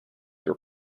were